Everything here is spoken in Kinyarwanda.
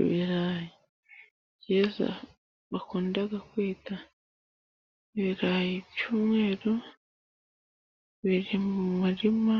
Ibirayi byiza bakunda, kwita ibirayi by'umweru, biri mu muririma,